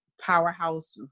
powerhouse